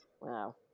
Wow